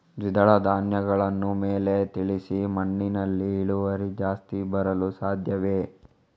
ದ್ವಿದಳ ಧ್ಯಾನಗಳನ್ನು ಮೇಲೆ ತಿಳಿಸಿ ಮಣ್ಣಿನಲ್ಲಿ ಇಳುವರಿ ಜಾಸ್ತಿ ಬರಲು ಸಾಧ್ಯವೇ?